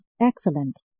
excellent